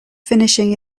finishing